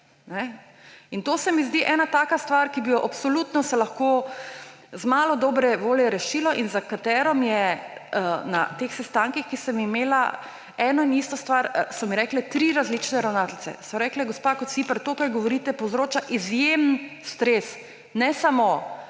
to se mi zdi ena taka stvar, ki bi jo absolutno se lahko z malo dobre volje rešilo in za katero mi je na teh sestankih, ki sem jih imela, eno in isto stvar so mi rekle tri različne ravnateljice. So rekle: »Gospa Kociper, to, kar govorite, povzroča izjemen stres ne samo